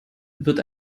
wird